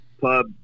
pub